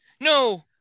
No